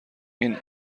این